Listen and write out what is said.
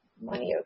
money